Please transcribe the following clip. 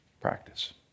practice